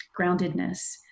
groundedness